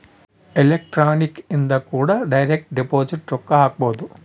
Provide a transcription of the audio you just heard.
electronic ಇಂದ ಕೂಡ direct deposit ರೊಕ್ಕ ಹಾಕ್ಬೊದು